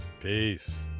Peace